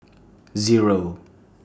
Zero